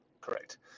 correct